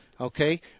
Okay